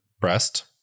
breast